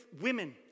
women